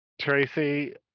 Tracy